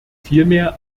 vielmehr